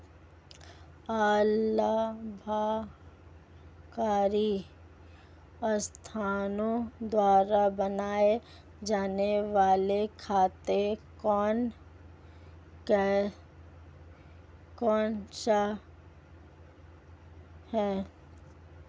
अलाभकारी संस्थाओं द्वारा बनाए जाने वाले खाते कौन कौनसे हैं?